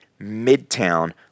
Midtown